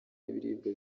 n’ibiribwa